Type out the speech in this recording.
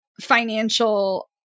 financial